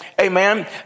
Amen